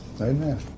Amen